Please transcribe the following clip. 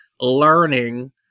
learning